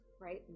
right